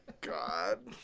God